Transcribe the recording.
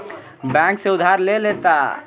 bank से उधार ले लेता